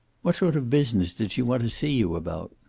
what sort of business did she want to see you about?